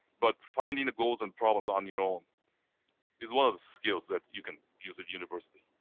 but finding the goals and problems on your own is one of the skills that you can use at universally.